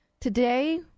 Today